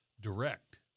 direct